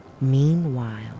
Meanwhile